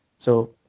so,